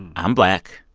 i'm black.